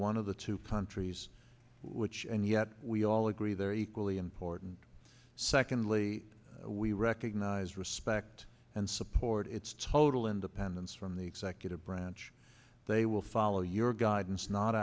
one of the two countries which and yet we all agree they're equally important secondly we recognize respect and support it's total independence from the executive branch they will follow your guidance not